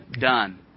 Done